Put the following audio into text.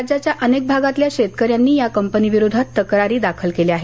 राज्याच्या अनेक भागातल्या शेतकऱ्यांनी या कंपनीविरोधात तक्रारी दाखल केल्या आहेत